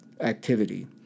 activity